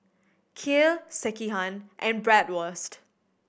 Kheer Sekihan and Bratwurst